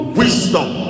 wisdom